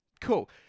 Cool